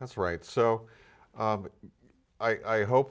that's right so i hope